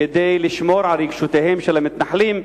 כדי לשמור על רגשותיהם של המתנחלים.